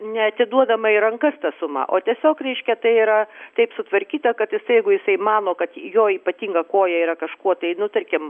neatiduodama į rankas ta suma o tiesiog reiškia tai yra taip sutvarkyta kad jisai jeigu jisai mano kad jo ypatinga koja yra kažkuo tai nu tarkim